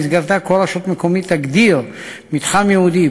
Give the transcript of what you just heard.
ובמסגרתה כל רשות מקומית תגדיר מתחם ייעודי,